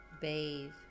Bathe